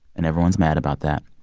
and everyone's mad about that